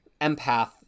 empath